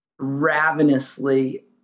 ravenously